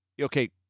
okay